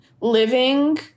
living